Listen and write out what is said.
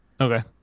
Okay